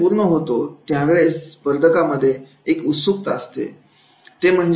खेळ पूर्ण होतो त्या वेळेस स्पर्धकांमध्ये एक उत्सुकता असते